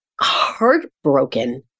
heartbroken